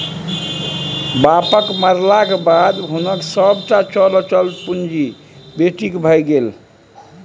बापक मरलाक बाद हुनक सभटा चल अचल पुंजी बेटीक भए गेल